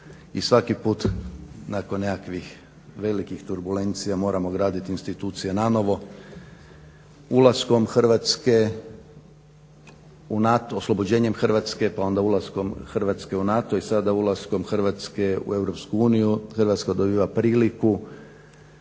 i svaki put nakon nekakvih velikih turbulencija moramo graditi institucije nanovo. Ulaskom Hrvatske u NATO, oslobođenjem Hrvatske pa onda ulaskom Hrvatske u NATO i sada ulaskom Hrvatske u EU Hrvatska dobiva priliku